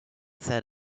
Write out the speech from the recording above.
said